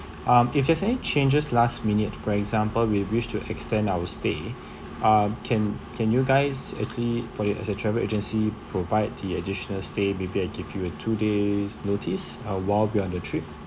um if there is any changes last minute for example we wish to extend our stay uh can can you guys actually for you as a travel agency provide the additional stay maybe I give you a two days notice uh while we're on the trip